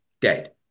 dead